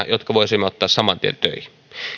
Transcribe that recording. jotka voisimme ottaa saman tien töihin